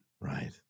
Right